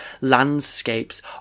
landscapes